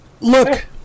Look